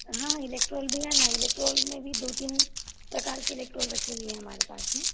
हाँ इलेक्ट्रॉल भी है न इलेक्ट्रॉल में भी दो तीन प्रकार के इलेक्ट्रॉल रखे हुए हैं हमारे पास में